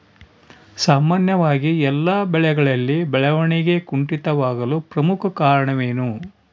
ಸಾಮಾನ್ಯವಾಗಿ ಎಲ್ಲ ಬೆಳೆಗಳಲ್ಲಿ ಬೆಳವಣಿಗೆ ಕುಂಠಿತವಾಗಲು ಪ್ರಮುಖ ಕಾರಣವೇನು?